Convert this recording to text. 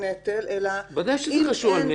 הפגיעה המתמשכת זה בדיוק הבהרה לזה שמורכב